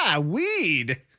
Weed